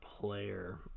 player